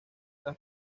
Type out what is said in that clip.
las